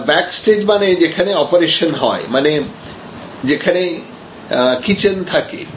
আর backstage মানে যেখানে operation হয় মানে যেখানে কিচেন থাকে